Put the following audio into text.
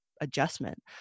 adjustment